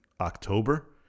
October